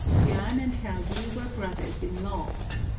bjorn and helgi were brothers-in-law.